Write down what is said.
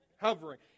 Hovering